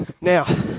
Now